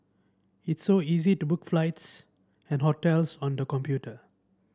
it's so easy to book flights and hotels on the computer